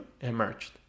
emerged